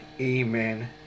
amen